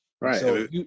Right